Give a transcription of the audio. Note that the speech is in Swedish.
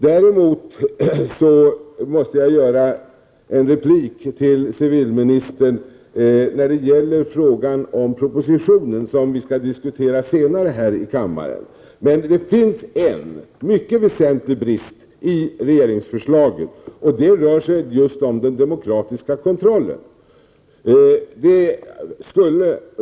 Däremot måste jag rikta en replik till civilministern när det gäller frågan om den proposition som vi skall diskutera senare här i kammaren. Det finns en mycket väsentlig brist i regeringsförslaget, och den rör just den demokratiska kontrollen.